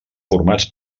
formats